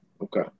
Okay